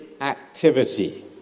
activity